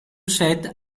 set